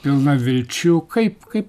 pilna vilčių kaip kaip